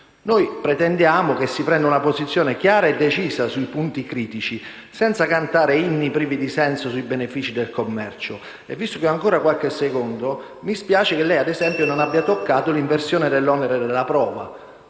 Pretendiamo che si prenda una posizione chiara e decisa sui punti critici, senza cantare inni privi di senso sui benefici del commercio. E visto che ho ancora qualche secondo, mi spiace che lei ad esempio non abbia toccato l'inversione dell'onere della prova.